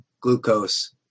glucose